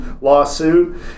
lawsuit